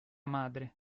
madre